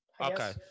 okay